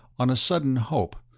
on a sudden hope,